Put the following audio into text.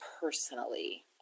personally